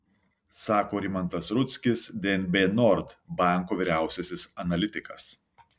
sako rimantas rudzkis dnb nord banko vyriausiasis analitikas